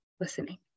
listening